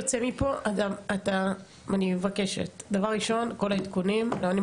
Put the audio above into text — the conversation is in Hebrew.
אני מבקשת ממוני לתת לך את כל העדכונים ואת